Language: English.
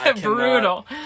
Brutal